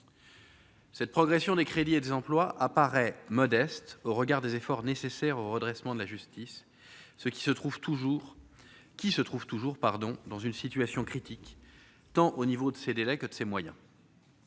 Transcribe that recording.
Cette progression des crédits et des emplois apparaît modeste au regard des efforts nécessaires au redressement de la justice, ce qui se trouve toujours, qui se trouve toujours pardon dans une situation critique, tant au niveau de ces délais que de ses moyens.